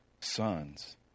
sons